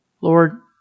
Lord